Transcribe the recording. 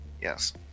Yes